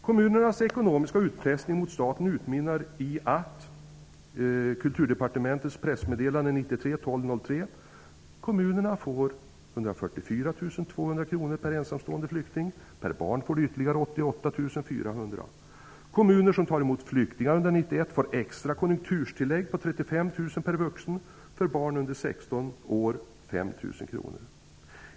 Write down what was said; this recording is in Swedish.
Enligt Kulturdepartementets pressmeddelande från den 3 december 1993 utmynnar kommunernas ekonomiska utpressning mot staten i att kommunerna får 144 200 kr per ensamstående flykting. Per barn får de ytterligare 88 400 kr. För barn under 16 år 5 000 kr.